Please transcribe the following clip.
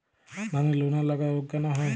ধানের লোনা লাগা রোগ কেন হয়?